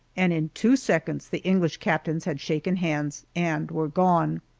and in two seconds the english captains had shaken hands and were gone.